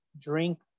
drink